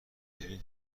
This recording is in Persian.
ببین